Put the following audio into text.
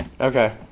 Okay